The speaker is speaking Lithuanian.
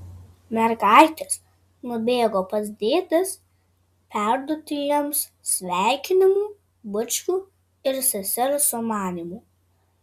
mergaitės nubėgo pas dėdes perduoti jiems sveikinimų bučkių ir sesers sumanymų